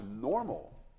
normal